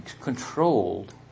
controlled